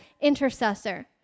intercessor